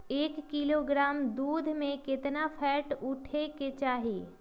एक किलोग्राम दूध में केतना फैट उठे के चाही?